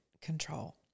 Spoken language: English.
control